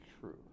true